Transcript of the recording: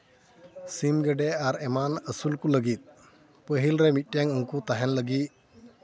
ᱥᱤᱢᱼᱜᱮᱰᱮ ᱟᱨ ᱮᱢᱟᱱ ᱟᱹᱥᱩᱞ ᱠᱚ ᱞᱟᱹᱜᱤᱫ ᱯᱟᱹᱦᱤᱞ ᱨᱮ ᱢᱤᱫᱴᱮᱱ ᱩᱱᱠᱩ ᱛᱟᱦᱮᱱ ᱞᱟᱹᱜᱤᱫ